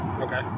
Okay